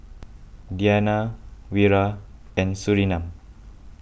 Diyana Wira and Surinam